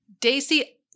Daisy